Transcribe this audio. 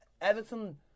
Everton